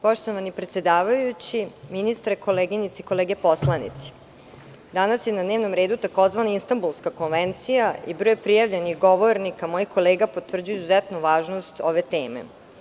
Poštovani predsedavajući, ministre, koleginice i kolege narodni poslanici, danas je na dnevnom redu tzv. Istambulska konvencija i broj prijavljenih govornika, mojih kolega potvrđuje izuzetnu važnost ove teme.